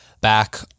back